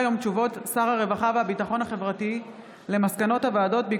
הודעות שר הרווחה והביטחון החברתי על מסקנות הוועדות: